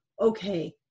okay